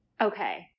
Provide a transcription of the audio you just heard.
Okay